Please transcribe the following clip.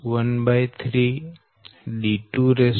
0242log Deq Ds0